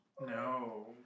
no